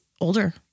older